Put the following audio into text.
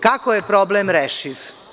Kako je problem rešiv?